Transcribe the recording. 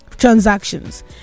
transactions